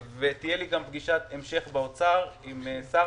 תהיה לי גם פגישת המשך במשרד האוצר עם שר